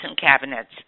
cabinets